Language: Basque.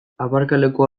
aparkalekua